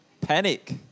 Panic